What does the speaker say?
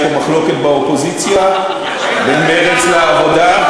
יש פה מחלוקת באופוזיציה בין מרצ לעבודה.